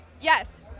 Yes